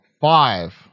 five